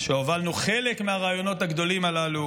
שהובלנו חלק מהרעיונות הגדולים הללו